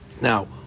Now